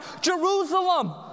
Jerusalem